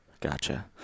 Gotcha